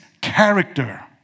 character